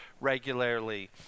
regularly